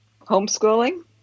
Homeschooling